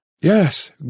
Yes